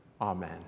Amen